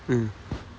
mm